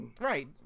right